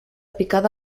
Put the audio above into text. picada